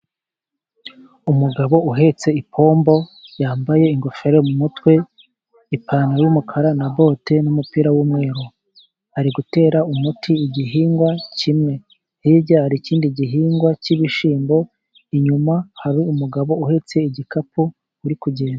Umugabo uhetse ipombo yambaye ingofero mu mutwe, ipantaro y'umukara na bote ,n'umupira w'umweru ari gutera umuti igihingwa kimwe ,hirya hari ikindi gihingwa cy'ibishyimbo, inyuma hari umugabo uhetse igikapu uri kugenda.